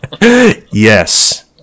Yes